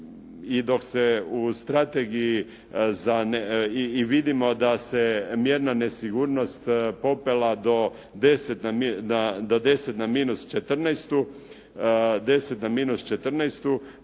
dok se u strategiji, i vidimo da se mjerna nesigurnost popela do deset na minus